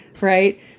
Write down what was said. right